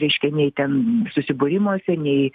reiškia nei ten susibūrimuose nei